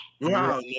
Wow